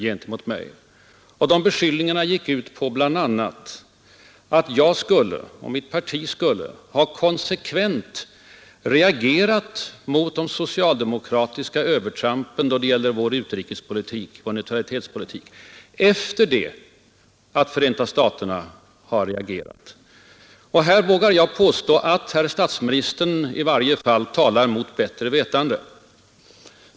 De gick bl.a. ut på att jag och mitt parti konsekvent skulle ha reagerat mot de socialdemokratiska övertrampen när det gäller vår utrikesoch neutralitetspolitik efter det att Förenta staterna hade reagerat. Jag vågar påstå att i varje fall statsministern talar mot bättre vetande.